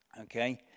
okay